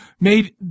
made